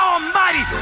Almighty